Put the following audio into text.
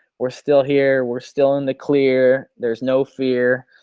we're still here. we're still in the clear, there's no fear,